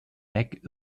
egg